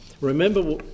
remember